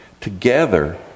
together